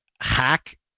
hack